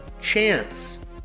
Chance